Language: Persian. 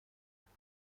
آنها